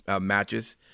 matches